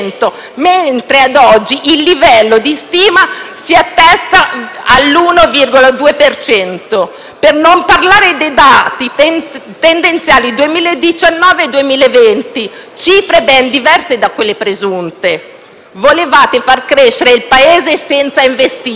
cento. Per non parlare dei dati tendenziali 2019-2020: cifre ben diverse da quelle presunte. Volevate far crescere il Paese senza investire; su questo non avevate delle perplessità.